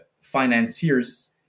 financiers